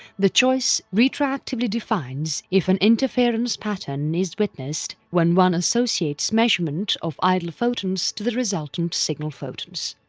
the choice retroactively defines if an interference pattern is witnessed when one associates measurement of idler photons to the resultant signal photons.